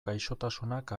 gaixotasunak